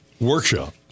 workshop